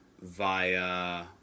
via